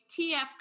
TF